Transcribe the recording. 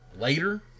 later